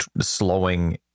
slowing